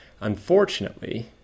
Unfortunately